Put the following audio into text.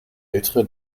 ältere